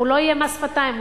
לא יהיה מס שפתיים,